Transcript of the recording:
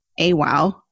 AWOW